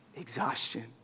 Exhaustion